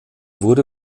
wurde